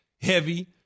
heavy